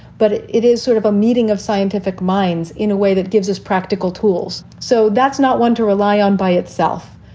but it is sort of a meeting of scientific minds in a way that gives us practical tools. so that's not one to rely on by itself,